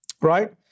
Right